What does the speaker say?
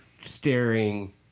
staring